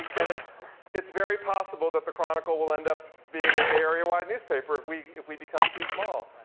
and it's it's very possible that the chronicle will end up being a bay area wide newspaper if we if we become too small.